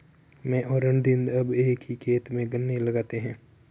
मैं और रणधीर अब एक ही खेत में गन्ने लगाते हैं